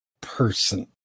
person